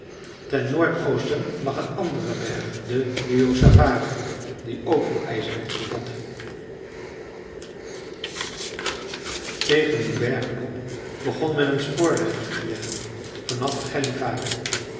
ten noordoosten lag een andere berg de luossavara die ook veel ijzererts bevatte tegen die bergen op begon men een spoorweg aan te leggen van